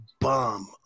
bomb